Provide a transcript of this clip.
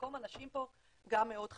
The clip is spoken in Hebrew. מקום הנשים פה גם מאוד חשוב.